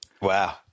Wow